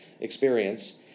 experience